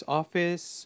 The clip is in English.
office